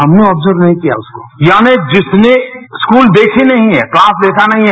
हमने आर्वजब नहीं किया उसको यानी जिसने स्कूल देखे नहीं हैं क्लास देखा नहीं है